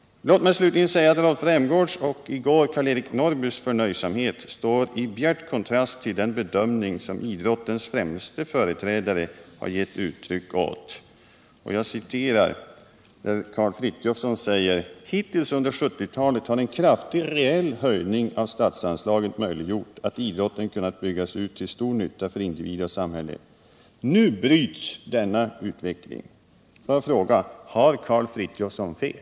Låt mig slutligen säga att Rolf Rämgårds och i går Karl-Eric Norrbys förnöjsamhet står i bjärt kontrast till den bedömning som idrottens främste företrädare, Karl Frithiofson, har gett uttryck åt på följande sätt: ”Hittills under 1970-talet har en kraftig reell höjning av statsanslaget möjliggjort att idrotten kunnat byggas ut till stor nytta för individ och samhälle. Nu bryts denna utveckling.” Har Karl Frithiofson fel?